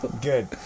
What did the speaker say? Good